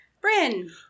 Bryn